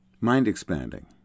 mind-expanding